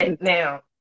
Now